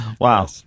Wow